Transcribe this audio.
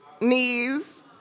knees